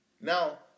Now